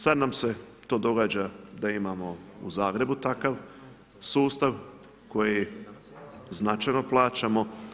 Sada nam se to događa da imamo u Zagrebu takav sustav, koji značajno plačemo.